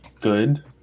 good